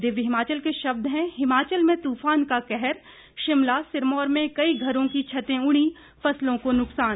दिव्य हिमाचल के शब्द हैं हिमाचल में तुफान का कहर शिमला सिरमौर में कई घरों की छते उड़ी फसलों को नुकसान